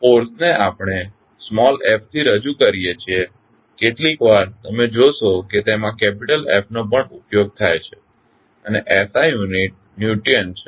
ફોર્સને આપણે small f થી રજૂ કરીએ છીએ કેટલીકવાર તમે જોશો કે તેમાં કેપીટલ F નો પણ ઉપયોગ થાય છે અને SI યુનિટ ન્યુટન છે